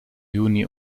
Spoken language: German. juni